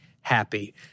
happy